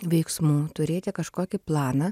veiksmų turėti kažkokį planą